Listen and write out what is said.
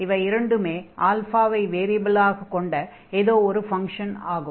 இவை இரண்டுமே ஆல்ஃபாவை " வேரியபிலாகக் கொண்ட ஏதோ ஒரு ஃபங்ஷன் ஆகும்